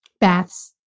Baths